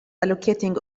allocating